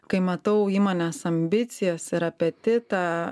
kai matau įmonės ambicijas ir apetitą